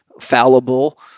fallible